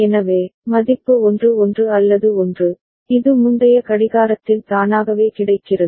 எனவே மதிப்பு 1 1 அல்லது 1 இது முந்தைய கடிகாரத்தில் தானாகவே கிடைக்கிறது